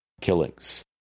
killings